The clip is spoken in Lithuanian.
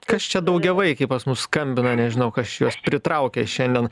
kas čia daugiavaikiai pas mus skambina nežinau kas čia juos pritraukė šiandien